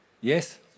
Yes